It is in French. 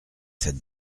cette